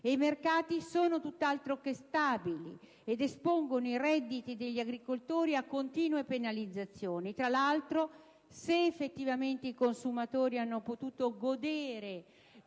e i mercati sono tutt'altro che stabili ed espongono i redditi degli agricoltori a continue penalizzazioni. Tra l'altro, se effettivamente i consumatori hanno potuto godere